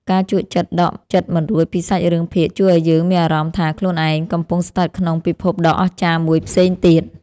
ការជក់ចិត្តដកចិត្តមិនរួចពីសាច់រឿងភាគជួយឱ្យយើងមានអារម្មណ៍ថាខ្លួនឯងកំពុងស្ថិតក្នុងពិភពដ៏អស្ចារ្យមួយផ្សេងទៀត។